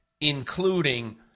including